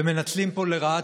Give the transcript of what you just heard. ומנצלים פה לרעה,